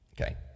Okay